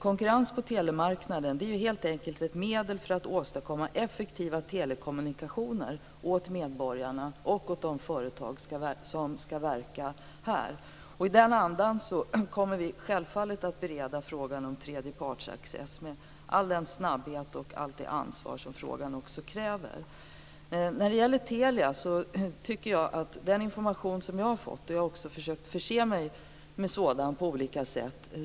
Konkurrens på telemarknaden är helt enkelt ett medel för att åstadkomma effektiva telekommunikationer åt medborgarna och åt de företag som skall verka här. I den andan kommer vi självfallet att bereda frågan om tredjepartsaccess med all den snabbhet och allt det ansvar som frågan kräver. När det gäller Telia har jag fått information, och jag har också försökt att förse mig med sådan på olika sätt.